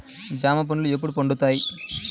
జామ పండ్లు ఎప్పుడు పండుతాయి?